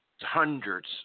hundreds